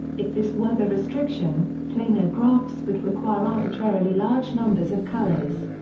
if this were the restriction, planar graphs would require arbitrarily large numbers of colors.